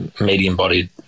medium-bodied